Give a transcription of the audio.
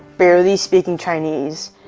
barely speaking chinese,